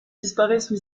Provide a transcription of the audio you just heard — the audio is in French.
disparaissent